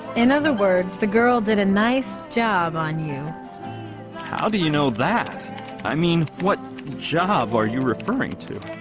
in other words the girl did a nice job on you how do you know that i mean? what job? are you referring to